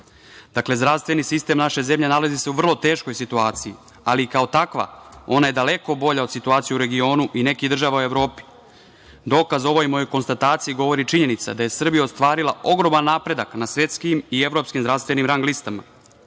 Dakle, zdravstveni sistem naše zemlje nalazi se u vrlo teškoj situaciji, ali kao takva ona je daleko bolja od situacije u regionu i nekih država u Evropi. Kao dokaz ovoj mojoj konstataciji govori činjenica da je Srbija ostvarila ogroman napredak na svetskim i evropski zdravstvenim rang listama